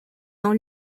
dans